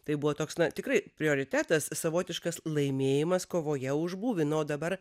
tai buvo toks na tikrai prioritetas savotiškas laimėjimas kovoje už būvį nu o dabar